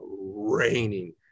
raining